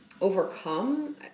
overcome